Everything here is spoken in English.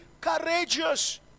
courageous